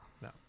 No